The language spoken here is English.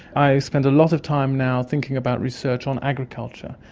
i spend a lot of time now thinking about research on agriculture.